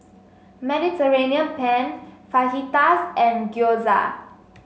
Mediterranean Penne Fajitas and Gyoza